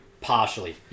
partially